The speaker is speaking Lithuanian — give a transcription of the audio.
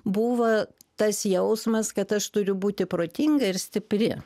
buvo tas jausmas kad aš turiu būti protinga ir stipri